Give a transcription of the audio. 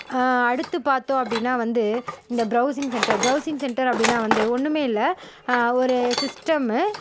அடுத்து பார்த்தோம் அப்படின்னா வந்து இந்த ப்ரௌசிங் சென்டர் ப்ரௌசிங் சென்டர் அப்படின்னா வந்து ஒன்றுமே இல்லை ஒரு சிஸ்டம்மு